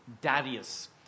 Darius